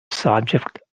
subject